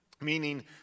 meaning